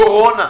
קורונה,